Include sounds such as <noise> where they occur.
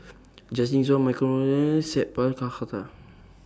Justin Zhuang Michael Wong <unintelligible> Sat Pal Khattar